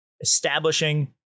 establishing